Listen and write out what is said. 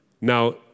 now